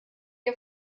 ihr